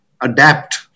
adapt